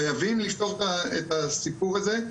חייבים לפתור את הסיפור הזה.